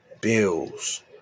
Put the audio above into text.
bills